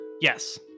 Yes